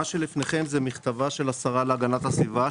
מה שלפניכם זה מכתבה של השרה להגנת הסביבה,